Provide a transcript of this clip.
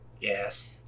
Yes